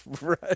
Right